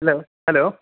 hello hello